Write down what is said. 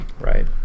Right